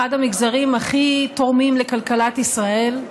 אחד המגזרים הכי תורמים לכלכלת ישראל,